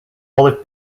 olive